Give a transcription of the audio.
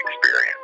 experience